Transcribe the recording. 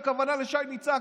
הכוונה לשי ניצן,